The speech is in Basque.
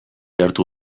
hartu